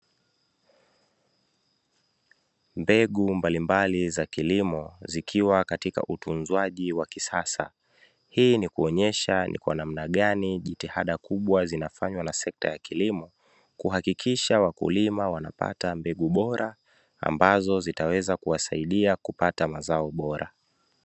Mbegu mbalimbali za kilimo zikiwa katika utunzwaji wa kisasa, hii ni kuonesha ni kwa namna gani jitihada kubwa zinafanywa na sekta ya kilimo kuhakikisha wakulima wanapata mbegu bora ambazo zitawasaidia kupata mazao bora.